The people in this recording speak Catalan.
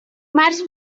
març